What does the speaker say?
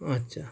আচ্ছা